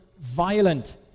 violent